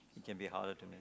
can be harder to